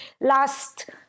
last